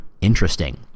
interesting